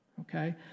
Okay